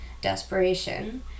desperation